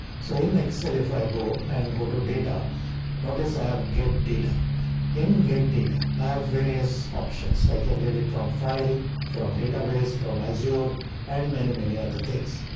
so in excel if i go and go to data notice i've get. data in get data. i have various options, i can get it from file from database from azure and many many other things.